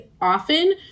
often